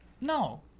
No